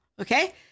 Okay